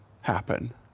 happen